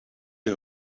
her